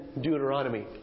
Deuteronomy